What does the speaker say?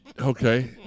okay